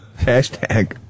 Hashtag